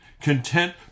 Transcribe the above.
content